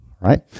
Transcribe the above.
right